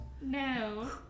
no